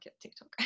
TikTok